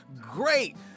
Great